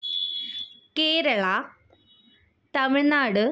Kerala Tamil Nadu